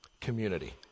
community